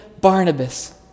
Barnabas